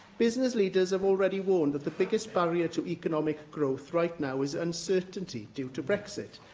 business leaders have already warned that the biggest barrier to economic growth right now is uncertainty due to brexit.